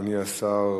אדוני השר,